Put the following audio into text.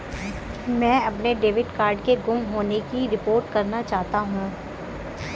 मैं अपने debit card के गुम होने की रिपोर्ट करना चाहता हूँ